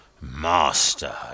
master